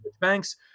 banks